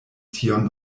tiun